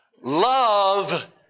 love